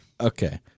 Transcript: Okay